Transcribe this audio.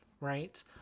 right